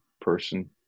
person